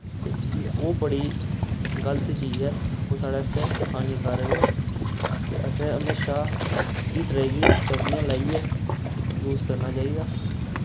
ते ओह् बड़ी गल्त चीज ऐ ओह् साढ़े आस्तै हानिकारक ऐ ते असें म्हेशां हीटरे गी चपलियां लाइयै यूज करना चाहिदा